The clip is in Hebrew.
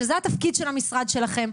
שזה התפקיד של המשרד שלכם,